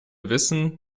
wissen